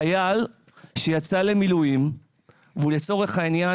חייל שיצא למילואים והוא לצורך העניין